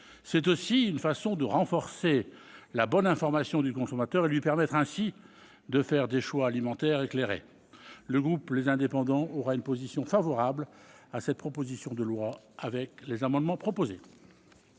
C'est aussi une façon de renforcer la bonne information du consommateur, lui permettant ainsi de faire des choix alimentaires éclairés. Le groupe Les Indépendants - République et Territoires est favorable à cette proposition de loi avec les amendements proposés.